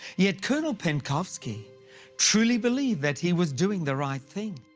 yet col. penkovsky truly believed that he was doing the right thing.